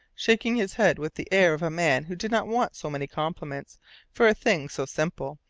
shaking his head with the air of a man who did not want so many compliments for a thing so simple,